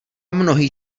mnohý